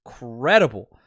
incredible